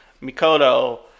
Mikoto